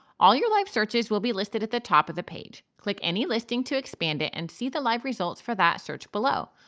all your live searches will be listed at the top of the page. click any listing to expand it and see the live results for that search below.